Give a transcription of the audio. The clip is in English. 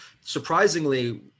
surprisingly